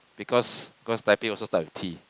because because typing also start with T